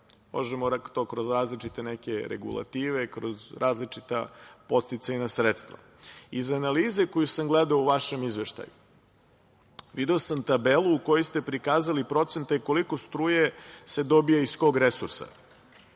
Možemo to kroz različite neke regulative, kroz različita podsticajna sredstva. Iz analize koju sam gledao u vašem izveštaju, video sam tabelu u kojoj ste prikazali procente koliko struje se dobija iz kog resursa.